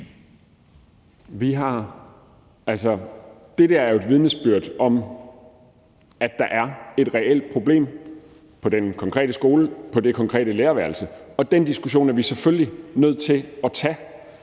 det der er jo et vidnesbyrd om, at der er et reelt problem på den konkrete skole på det konkrete lærerværelse, og den diskussion er vi selvfølgelig nødt til at tage.